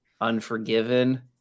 Unforgiven